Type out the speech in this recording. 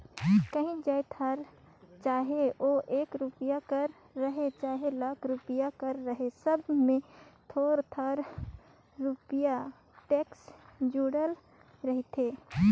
काहीं जाएत हर चहे ओ एक रूपिया कर रहें चहे लाख रूपिया कर रहे सब में थोर थार रूपिया टेक्स जुड़ल रहथे